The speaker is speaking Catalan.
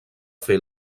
fer